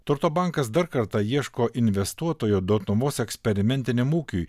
turto bankas dar kartą ieško investuotojo dotnuvos eksperimentiniam ūkiui